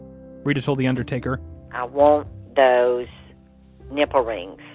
reta told the undertaker i want those nipple rings.